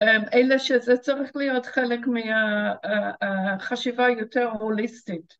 ‫אלא שזה צריך להיות חלק ‫מהחשיבה יותר הוליסטית.